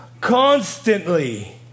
constantly